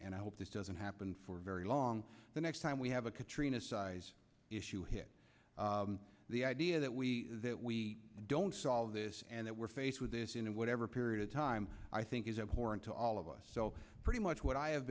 and i hope this doesn't happen for very long the next time we have a katrina size issue hit the idea that we that we don't solve this and that we're faced with this in whatever period of time i think is abhorrent to all of us so pretty much what i have